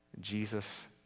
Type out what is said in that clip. Jesus